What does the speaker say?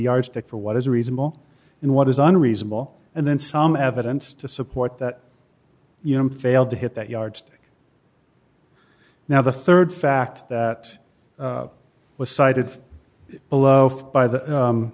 yardstick for what is reasonable and what is unreasonable and then some evidence to support that you know failed to hit that yardstick now the rd fact that was cited below by the